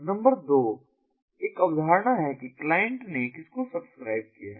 number 2 एक अवधारणा है कि क्लाइंट ने किसको सब्सक्राइब किया है